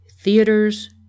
Theaters